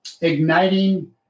igniting